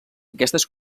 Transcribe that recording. aquestes